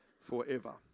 forever